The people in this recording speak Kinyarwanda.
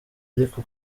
ariko